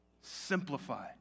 Simplify